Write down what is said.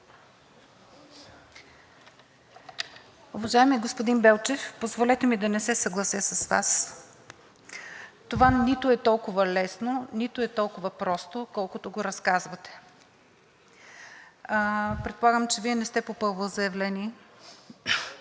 Уважаеми господин Белчев, позволете ми да не се съглася с Вас. Това нито е толкова лесно, нито е толкова просто, колкото го разказвате. Предполагам, че Вие не сте попълвал заявление?!